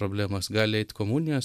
problemos gali eit komunijos